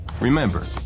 Remember